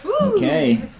Okay